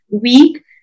week